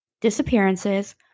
disappearances